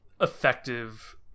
effective